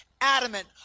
adamant